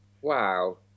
Wow